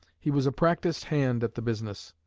he was a practiced hand at the business.